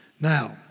Now